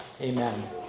Amen